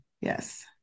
Yes